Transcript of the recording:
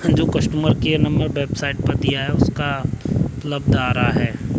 जो customer care number website पर दिया है वो नंबर अनुपलब्ध आ रहा है